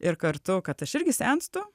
ir kartu kad aš irgi senstu